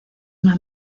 una